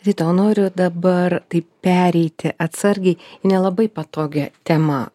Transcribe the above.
zita o noriu dabar taip pereiti atsargiai nelabai patogia tema